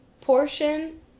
portion